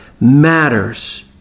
matters